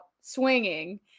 swinging